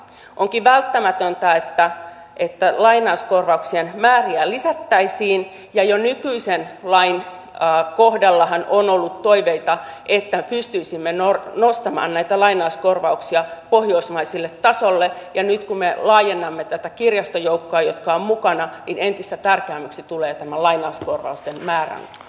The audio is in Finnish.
onkin välttämätöntä että lainauskorvauksien määriä lisättäisiin ja jo nykyisen lain kohdallahan on ollut toiveita että pystyisimme nostamaan näitä lainauskorvauksia pohjoismaiselle tasolle ja nyt kun me laajennamme tätä kirjastojoukkoa joka on mukana niin entistä tärkeämmäksi tulee tämä lainauskorvausten määrän korottaminen